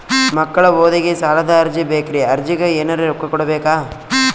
ಮಕ್ಕಳ ಓದಿಗಿ ಸಾಲದ ಅರ್ಜಿ ಬೇಕ್ರಿ ಅರ್ಜಿಗ ಎನರೆ ರೊಕ್ಕ ಕೊಡಬೇಕಾ?